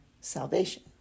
salvation